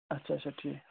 اچھا اچھا ٹھیٖک